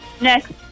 Next